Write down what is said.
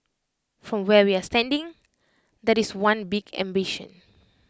from where we're standing that is one big ambition